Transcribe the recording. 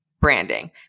branding